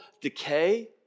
decay